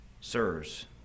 Sirs